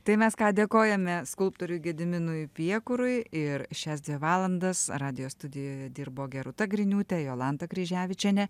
tai mes ką dėkojame skulptoriui gediminui piekurui ir šias dvi valandas radijo studijoje dirbo gerūta griniūtė jolanta kryževičienė